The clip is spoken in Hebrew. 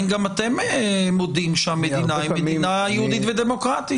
גם אתם מודים שהמדינה היא מדינה יהודית ודמוקרטית.